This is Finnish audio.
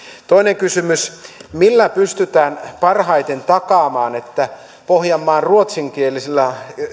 toinen kysymys millä pystytään parhaiten takaamaan että pohjanmaan ruotsinkielisille